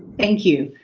thank you.